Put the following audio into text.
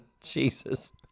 Jesus